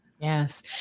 Yes